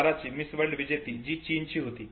2012 ची Miss World विजेती जी चीनची होती